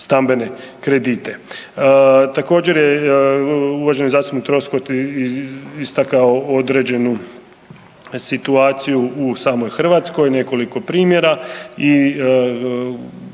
Također je uvaženi zastupnik Troskot istakao određenu situaciju u samoj Hrvatskoj, nekoliko primjera